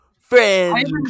friends